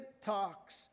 talks